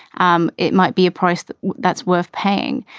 um it might be a price that's worth paying.